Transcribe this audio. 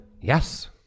Yes